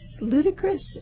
ludicrous